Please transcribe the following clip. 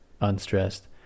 unstressed